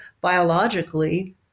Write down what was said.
biologically